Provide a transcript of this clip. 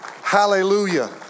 Hallelujah